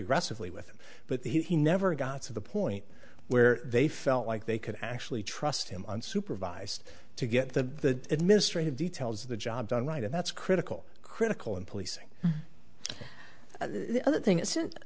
aggressively with him but he never got to the point where they felt like they could actually trust him unsupervised to get the administrative details of the job done right and that's critical critical in policing other thing is